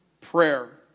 prayer